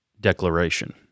declaration